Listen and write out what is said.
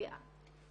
גאָה.